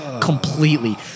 completely